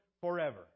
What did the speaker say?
forever